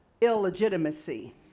illegitimacy